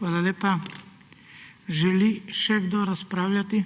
Hvala lepa. Želi še kdo razpravljati?